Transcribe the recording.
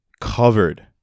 covered